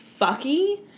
fucky